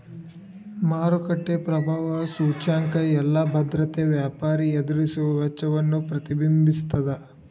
ಮಾರುಕಟ್ಟೆ ಪ್ರಭಾವ ಸೂಚ್ಯಂಕ ಎಲ್ಲಾ ಭದ್ರತೆಯ ವ್ಯಾಪಾರಿ ಎದುರಿಸುವ ವೆಚ್ಚವನ್ನ ಪ್ರತಿಬಿಂಬಿಸ್ತದ